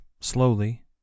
slowly